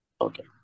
Okay